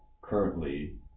currently